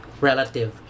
relative